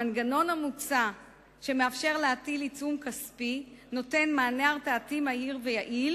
המנגנון המוצע שמאפשר להטיל עיצום כספי נותן מענה הרתעתי מהיר ויעיל